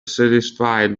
satisfied